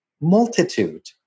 multitude